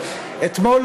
אתמול,